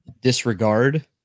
disregard